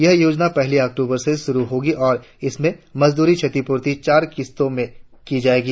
यह योजना पहली अक्टुबर से शुरु होगी और इसमें मजदूरी क्षेतिपूर्ति चार किस्ते में की जाएगी